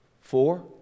four